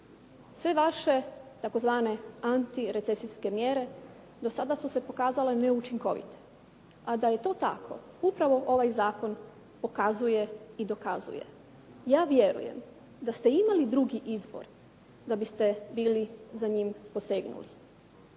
Sve vaše tzv. antirecesijske mjere do sada su se pokazale neučinkovite, a da je to tako upravo ovaj zakon pokazuje i dokazuje. Ja vjerujem da ste imali drugi izvor, da biste bili za njim posegnuli.